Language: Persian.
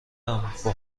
ام، با